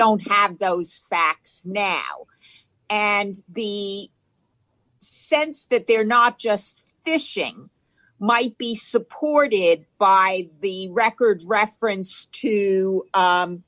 don't have those facts now and the sense that they're not just fishing might be supported by the records reference to